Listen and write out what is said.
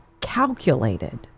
calculated